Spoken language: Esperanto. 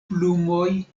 plumoj